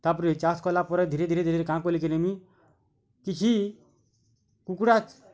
ତାପରେ ଚାଷ୍ କଲା ପରେ ଧୀରେ ଧୀରେ ଧୀରେ କାଁ କଲି କି ମୁଇଁ କିଛି କୁକୁଡ଼ା